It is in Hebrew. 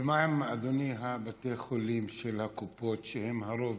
ומה, אדוני, עם בתי החולים של הקופות, שהם הרוב?